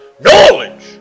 KNOWLEDGE